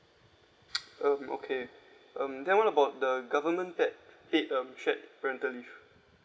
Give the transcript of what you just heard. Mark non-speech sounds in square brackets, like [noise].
[noise] um okay um then what about the government pad paid um shared parental leave